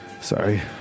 Sorry